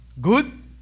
Good